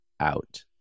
out